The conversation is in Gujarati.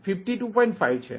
5 છે